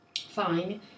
fine